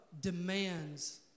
demands